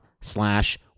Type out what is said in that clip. slash